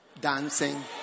dancing